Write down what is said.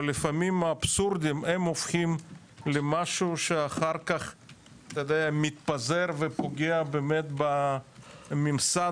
ולפעמים אבסורדים הם הופכים למשהו שאחר-כך מתפזר ופוגע בממסד.